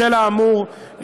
בשל האמור,